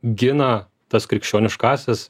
gina tas krikščioniškąsias